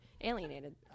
alienated